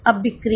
अब बिक्री